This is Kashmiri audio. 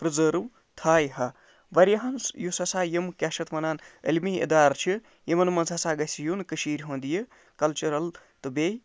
پرٛزٲرٕو تھایہِ ہا واریاہَن یُس ہسا یِم کیٛاہ چھِ اَتھ وَنان علمی اِدارٕ چھِ یِمَن منٛز ہسا گژھِ یُن کٔشیٖرِ ہُنٛد یہِ کَلچَرَل تہٕ بیٚیہِ